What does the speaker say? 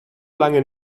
lange